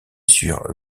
sur